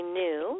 new